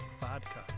vodka